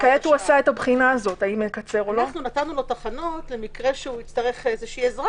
אנחנו נתנו לו תחנות למקרה שיצטרך עזרה